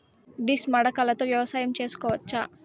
Disc మడకలతో వ్యవసాయం చేసుకోవచ్చా??